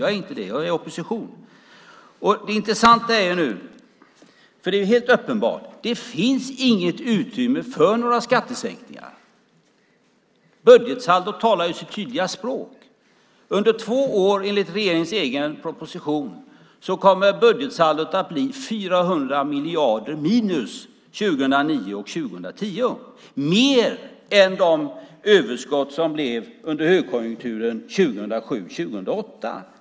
Jag är inte det, utan jag är i opposition. Det är helt uppenbart att det inte finns något utrymme för några skattesänkningar. Budgetsaldot talar sitt tydliga språk. Under två år kommer budgetsaldot enligt regeringens egen proposition att bli 400 miljarder minus 2009 och 2010, mer än de överskott som blev under högkonjunkturen 2007 och 2008.